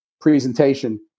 presentation